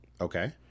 okay